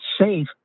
safe